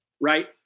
right